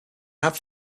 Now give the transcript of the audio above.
have